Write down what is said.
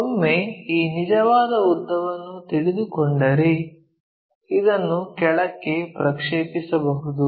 ಒಮ್ಮೆ ಈ ನಿಜವಾದ ಉದ್ದವನ್ನು ತಿಳಿದುಕೊಂಡರೆ ಇದನ್ನು ಕೆಳಕ್ಕೆ ಪ್ರಕ್ಷೇಪಿಸಬಹುದು